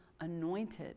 anointed